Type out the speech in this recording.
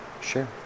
Sure